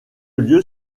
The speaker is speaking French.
lieu